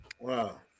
wow